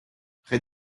près